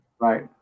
right